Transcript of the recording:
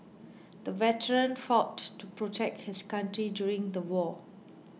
the veteran fought to protect his country during the war